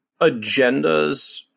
agendas